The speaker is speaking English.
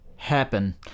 happen